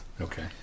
okay